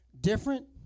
Different